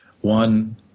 one